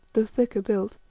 though thicker built.